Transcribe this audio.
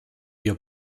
wir